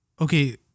okay